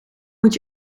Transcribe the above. moet